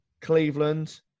Cleveland